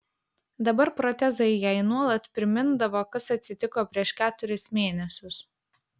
dabar protezai jai nuolat primindavo kas atsitiko prieš keturis mėnesius